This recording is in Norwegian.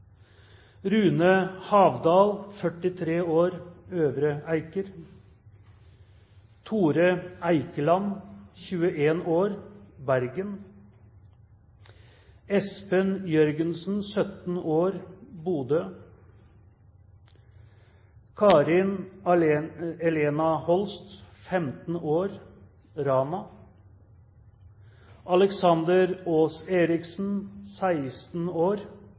Rune Havdal, 43 år, Øvre Eiker Tore Eikeland, 21 år, Bergen Espen Jørgensen, 17 år, Bodø Karin Elena Holst, 15 år, Rana Aleksander Aas Eriksen, 16 år,